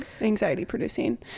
Anxiety-producing